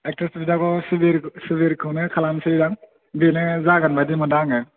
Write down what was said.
actress बिदाखौ सुबिरखौनो खालामनिसै दां बिनो जागोन बायदि मोनदों आङो